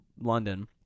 London